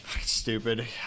stupid